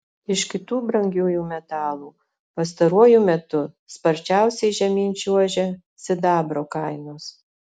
iš kitų brangiųjų metalų pastaruoju metu sparčiausiai žemyn čiuožia sidabro kainos